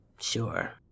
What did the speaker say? sure